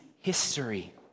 history